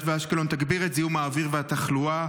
ובאשקלון תגביר את זיהום האוויר והתחלואה,